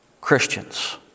Christians